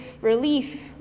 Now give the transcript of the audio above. relief